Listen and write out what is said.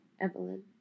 Evelyn